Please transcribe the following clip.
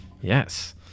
Yes